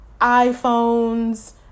iphones